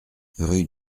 rue